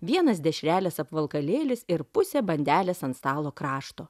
vienas dešrelės apvalkalėlis ir pusė bandelės ant stalo krašto